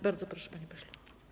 Bardzo proszę, panie pośle.